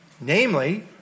Namely